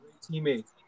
teammate